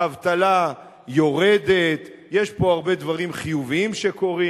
האבטלה יורדת, יש פה הרבה דברים חיוביים שקורים.